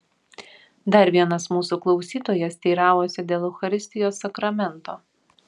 dar vienas mūsų klausytojas teiravosi dėl eucharistijos sakramento